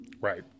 right